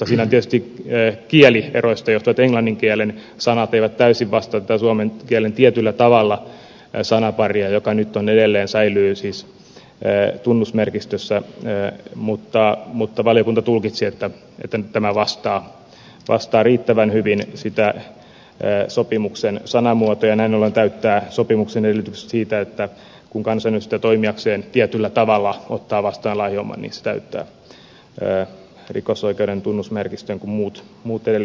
siinä on tietysti kielieroista johtuen että englannin kielen sanat eivät täysin vastaa tätä suomen kielen tietyllä tavalla sanaparia joka nyt edelleen säilyy siis tunnusmerkistössä mutta valiokunta tulkitsi että nyt tämä vastaa riittävän hyvin sitä sopimuksen sanamuotoa ja näin ollen täyttää sopimuksen edellytykset siitä että kun kansanedustaja toimiakseen tietyllä tavalla ottaa vastaan lahjoman niin se täyttää rikosoikeuden tunnusmerkistön kun muut edellytykset täyttyvät